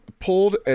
Pulled